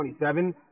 27